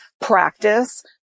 practice